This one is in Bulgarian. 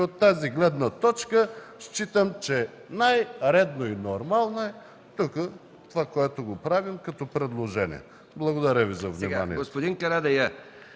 От тази гледна точка считам, че най-редно и нормално е това, което правим като предложение. Благодаря Ви за вниманието.